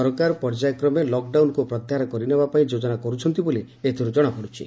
ସରକାର ପର୍ଯ୍ୟାୟ କ୍ରମେ ଲକଡାଉନକୁ ପ୍ରତ୍ୟାହାର କରିନେବା ପାଇଁ ଯୋଜନା କରୁଛନ୍ତି ବୋଲି ଏଥିରୁ ଜଣାପଡ଼ୁଛି